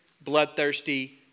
bloodthirsty